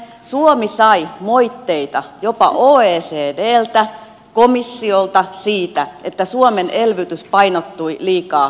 suomi sai moitteita jopa oecdltä komissiolta siitä että suomen elvytys painottui liikaa veronkevennyksiin